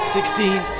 Sixteen